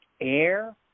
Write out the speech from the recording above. air